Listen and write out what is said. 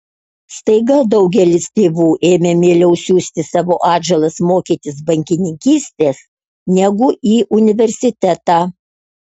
staiga daugelis tėvų ėmė mieliau siųsti savo atžalas mokytis bankininkystės negu į universitetą